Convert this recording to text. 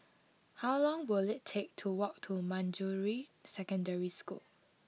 how long will it take to walk to Manjusri Secondary School